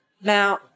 Now